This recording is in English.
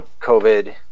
COVID